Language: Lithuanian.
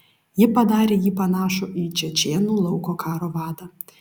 ji padarė jį panašų į čečėnų lauko karo vadą